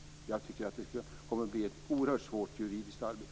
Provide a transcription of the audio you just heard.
Jag tror att det kommer att bli ett oerhört svårt juridiskt arbete.